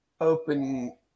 open –